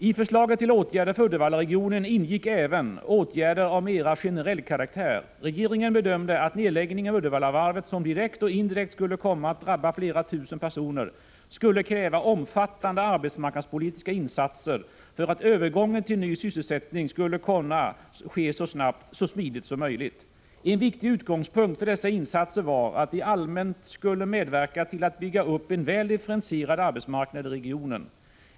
I förslaget till åtgärder för Uddevallaregionen ingick även åtgärder av mera generell karaktär. Regeringen bedömde att nedläggningen av Uddevallavarvet, som direkt och indirekt skulle komma att drabba flera tusen personer, skulle kräva omfattande arbetsmarknadspolitiska insatser för att övergången till ny sysselsättning skulle kunna ske så smidigt som möjligt. En viktig utgångspunkt för dessa insatser var att de allmänt skulle medverka till att bygga upp en väl differentierad arbetsmarknad i regionen.